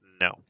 no